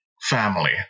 family